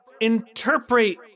Interpret-